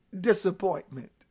disappointment